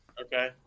Okay